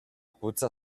puzza